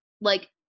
like-